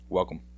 welcome